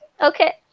Okay